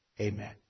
Amen